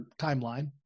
timeline